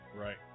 Right